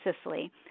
Sicily